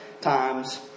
times